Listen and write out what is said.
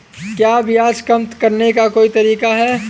क्या ब्याज कम करने का कोई तरीका है?